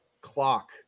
clock